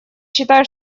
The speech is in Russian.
считаю